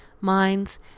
minds